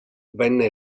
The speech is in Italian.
venne